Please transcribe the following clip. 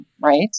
right